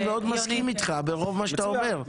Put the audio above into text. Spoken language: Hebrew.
אני מאוד מסכים איתך ברוב מה שאתה אומר,